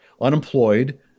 unemployed